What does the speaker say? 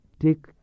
take